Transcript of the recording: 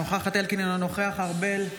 אינה נוכחת זאב אלקין, אינו נוכח משה ארבל,